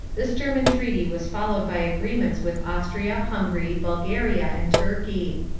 this german treaty was followed by agreements with austria, hungary, bulgaria, and turkey.